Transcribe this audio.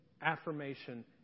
affirmation